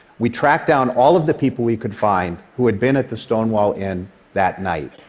we tracked down all of the people we could find who had been at the stonewall inn that night.